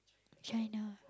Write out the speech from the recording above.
China